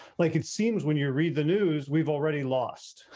like it seems when you read the news we've already lost.